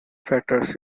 factors